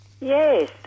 Yes